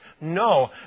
No